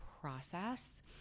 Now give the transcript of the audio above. process